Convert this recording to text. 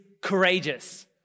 courageous